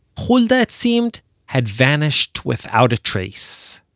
hulda it seemed had vanished without a trace